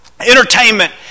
entertainment